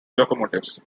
locomotives